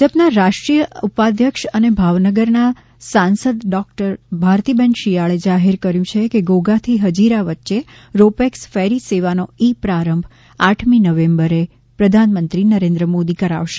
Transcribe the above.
ભાજપના રાષ્ટ્રીય ઉપાધ્યક્ષ અને ભાવનગરના સાંસદ ડોક્ટર ભારતીબેન શિયાળે જાહેર કર્યું છે કે ઘોઘા થી હજીરા વચ્ચે રો પેક્સ ફેરી સેવાનો ઈ પ્રારંભ આઠમી નવેમ્બરે પ્રધાનમંત્રી નરેન્દ્ર મોદી કરાવશે